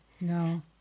No